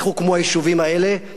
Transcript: איך הוקמו היישובים האלה.